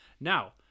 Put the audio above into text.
Now